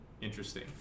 interesting